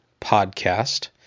Podcast